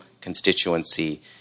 constituency